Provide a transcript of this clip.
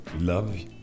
love